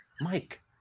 Mike